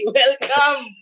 welcome